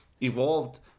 evolved